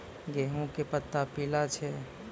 गेहूँ के पत्ता पीला छै?